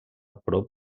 prop